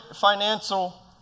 financial